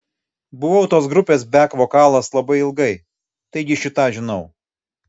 buvau tos grupės bek vokalas labai ilgai taigi šį tą žinau